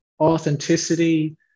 authenticity